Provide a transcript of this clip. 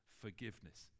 forgiveness